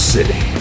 City